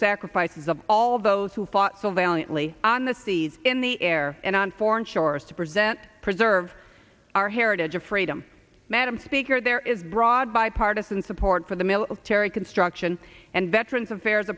sacrifices of all those who fought so valiantly on the seas in the air and on foreign shores to present preserve our heritage of freedom madam speaker there is broad bipartisan support for the military construction and veterans affairs